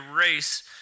race